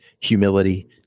humility